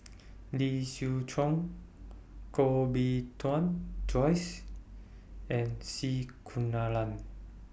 Lee Siew Chong Koh Bee Tuan Joyce and C Kunalan